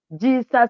Jesus